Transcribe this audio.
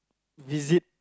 visit